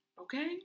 okay